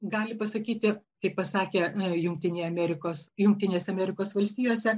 gali pasakyti kaip pasakė jungtinėje amerikos jungtinėse amerikos valstijose